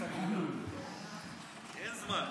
אין זמן.